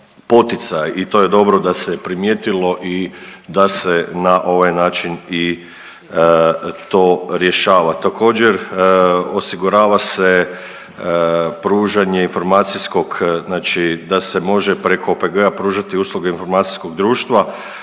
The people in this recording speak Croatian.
i to je dobro da se je primijetilo i da se na ovaj način i to rješava. Također osigurava se pružanje informacijskog, znači da se može preko OPG-a pružati usluge informacijskog društva,